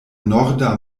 norda